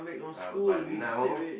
uh but now